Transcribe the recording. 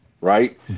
right